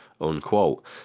unquote